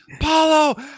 paulo